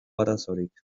arazorik